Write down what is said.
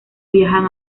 viajan